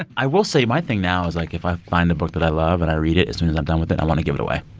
and i will say, my thing now is, like, if i find a book that i love and i read it, as soon as i'm done with it, i want to give it away,